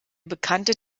bekannte